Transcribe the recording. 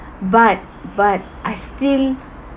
but but I still